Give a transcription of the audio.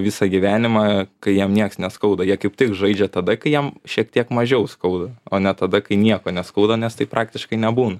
visą gyvenimą kai jiem nieks neskauda jie kaip tik žaidžia tada kai jiem šiek tiek mažiau skauda o ne tada kai nieko neskauda nes taip praktiškai nebūna